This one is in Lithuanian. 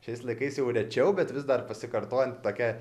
šiais laikais jau rečiau bet vis dar pasikartojanti tokia